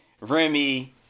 Remy